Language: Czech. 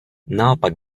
naopak